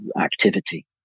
activity